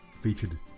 featured